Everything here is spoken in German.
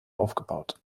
aufgebaut